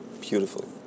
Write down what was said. Beautiful